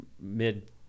mid